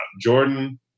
Jordan